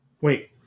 Wait